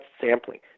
sampling